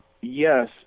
yes